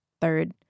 third